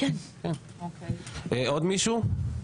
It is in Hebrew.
עוד מישהו?